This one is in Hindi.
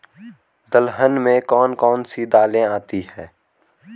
दलहन में कौन कौन सी दालें आती हैं?